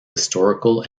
historical